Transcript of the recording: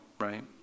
right